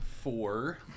Four